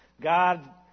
God